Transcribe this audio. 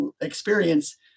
experience